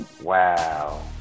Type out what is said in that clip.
Wow